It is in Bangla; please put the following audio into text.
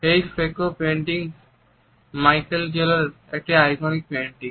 এই ফ্রেস্কো পেইন্টিংটি মাইকেলেনজেলোর একটি আইকনিক পেইন্টিং